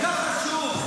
תודה.